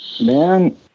man